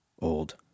Old